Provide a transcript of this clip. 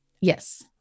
Yes